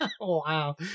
Wow